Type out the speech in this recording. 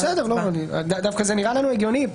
נראה לנו הגיוני,